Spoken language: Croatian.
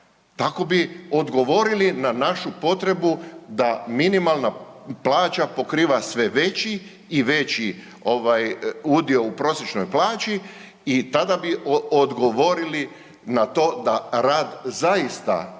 Tako bi odgovorili na našu potrebu da minimalna plaća pokriva sve veći i veći udjel u prosječnoj plaći i tada bi odgovorili na to da rad zaista